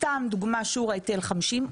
סתם לדוגמא שיעור ההיטל 50%,